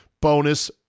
bonus